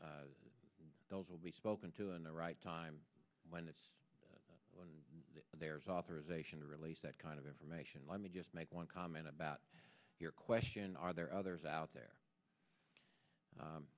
those will be spoken to in the right time when it's and there's authorization to release that kind of information let me just make one comment about your question are there others out there